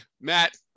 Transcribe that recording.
Matt